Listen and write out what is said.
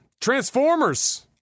transformers